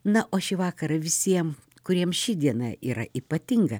na o šį vakarą visiem kuriem ši diena yra ypatinga